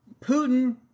Putin